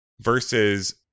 versus